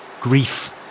grief